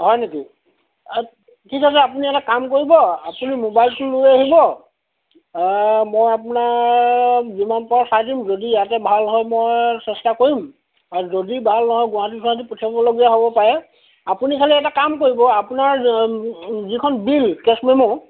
হয় নেকি অঁ ঠিক আছে আপুনি এটা কাম কৰিব আপুনি মোবাইলটো লৈ আহিব মই আপোনাৰ যিমান পাৰোঁ চাই দিম যদি ইয়াতে ভাল হয় মই চেষ্টা কৰিম আৰু যদি ভাল নহয় গুৱাহাটী চুৱাহাটী পঠিয়াবলগীয়া হ'ব পাৰে আপুনি খালী এটা কাম কৰিব আপোনাৰ যিখন বিল কেছ্মেম'